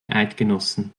eidgenossen